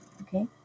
Okay